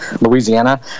Louisiana